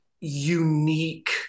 unique